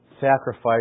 sacrifice